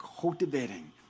cultivating